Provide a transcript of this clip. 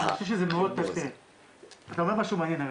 --- אתה אומר משהו מעניין.